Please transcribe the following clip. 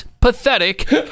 pathetic